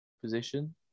Position